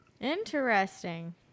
Interesting